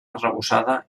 arrebossada